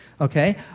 okay